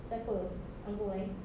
siapa uncle Y